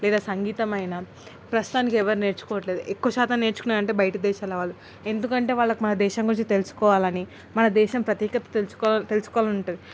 లేదా సంగీతమైనా ప్రస్తుతానికి ఎవరు నేర్చుకోవటలేదు ఎక్కువ శాతం నేర్చుకునే అంటే బయట దేశాల వాళ్ళు ఎందుకంటే వాళ్ళకు మన దేశం గురించి తెలుసుకోవాలని మన దేశం ప్రత్యేకత తెలుసుకో తెలుసుకోవాలని ఉంటుంది